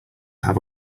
have